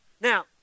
Now